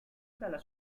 dalla